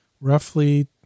roughly